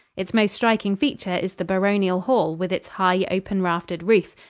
its most striking feature is the baronial hall with its high, open-raftered roof,